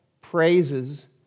praises